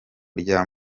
rya